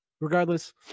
regardless